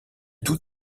tout